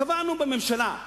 קבענו בממשלה,